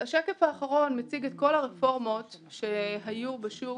השקף האחרון מציג את כל הרפורמות שהיו בשוק